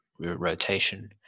rotation